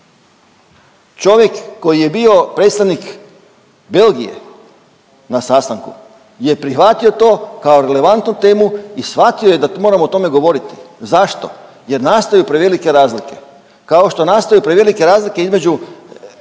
Čovjek koji je bio predstavnik Belgije na sastanku je prihvatio to kao relevantnu temu i shvatio je da moramo o tome govoriti. Zašto? Jer nastaju prevelike razlike, kao što nastaju prevelike razlike između